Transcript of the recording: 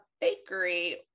bakery